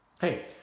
Hey